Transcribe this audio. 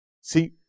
See